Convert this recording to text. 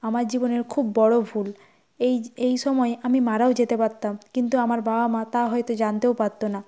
আমার জীবনের খুব বড় ভুল এই সময় আমি মারাও যেতে পারতাম কিন্তু আমার বাবা মা তা হয়তো জানতেও পারতো না